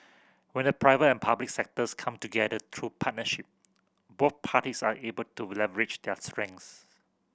when the private and public sectors come together through partnership both parties are able to leverage their strengths